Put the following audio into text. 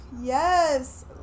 Yes